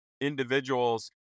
individuals